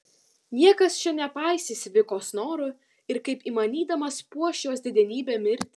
niekas čia nepaisys vikos norų ir kaip įmanydamas puoš jos didenybę mirtį